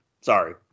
Sorry